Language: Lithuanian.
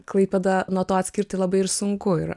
klaipėdą nuo to atskirti labai ir sunku yra